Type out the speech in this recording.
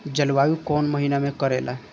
जलवायु कौन महीना में करेला?